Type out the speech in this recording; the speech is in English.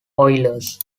oilers